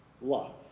love